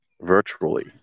virtually